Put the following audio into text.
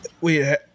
Wait